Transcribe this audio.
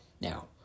Now